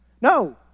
No